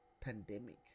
pandemic